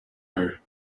her